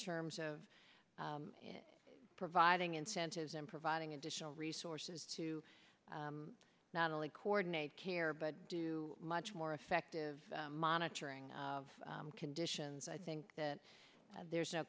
terms of providing incentives and providing additional resources to not only coordinate care but do much more effective monitoring of conditions i think that there's no